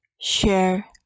share